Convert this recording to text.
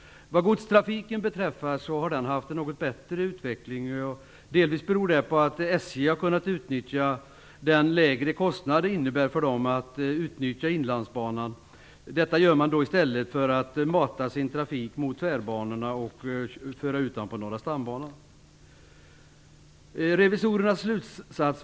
Godstrafiken har haft en något bättre utveckling. Det beror delvis på att SJ har kunnat utnyttja den lägre kostnad det innebär för dem att använda Inlandsbanan. Det gör man i stället för att mata sin trafik mot tvärbanorna och föra ut den på norra stambanan.